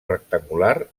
rectangular